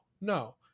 no